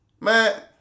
Man